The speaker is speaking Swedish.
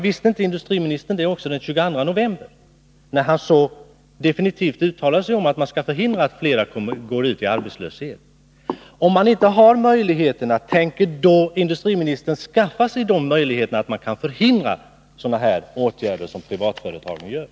Visste inte industriministern det den 22 november, då han så definitivt uttalade sig om att man skulle förhindra att fler slogs ut i arbetslöshet? Om det är så att industriministern inte har några möjligheter att ingripa, tänker industriministern då skaffa sig sådana möjligheter, att man kan förhindra åtgärder av detta slag som privatföretag vidtar?